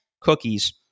cookies